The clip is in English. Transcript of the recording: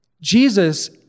Jesus